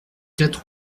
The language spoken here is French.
quatre